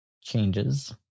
changes